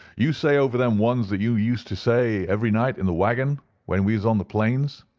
you say over them ones that you used to say every night in the waggon when we was on the plains.